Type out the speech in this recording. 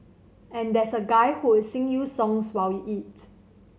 and there's a guy who would sing you songs while you eat